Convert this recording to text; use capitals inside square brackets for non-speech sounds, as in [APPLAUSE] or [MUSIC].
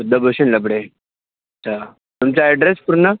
बुद्धभूषण लबडे [UNINTELLIGIBLE] तुमचा ॲड्रेस पूर्ण